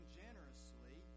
generously